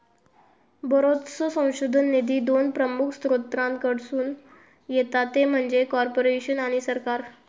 बरोचसो संशोधन निधी दोन प्रमुख स्त्रोतांकडसून येता ते म्हणजे कॉर्पोरेशन आणि सरकार